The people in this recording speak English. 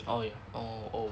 orh y~ orh oh